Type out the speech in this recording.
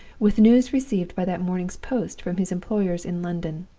with news received by that morning's post from his employers in london.